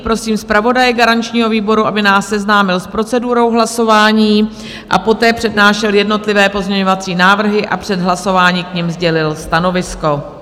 Prosím zpravodaje garančního výboru, aby nás seznámil s procedurou hlasování a poté přednášel jednotlivé pozměňovací návrhy a před hlasováním k nim sdělil stanovisko.